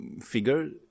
figure